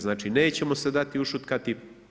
Znači nećemo se dati ušutkati.